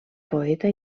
poeta